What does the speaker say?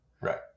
Right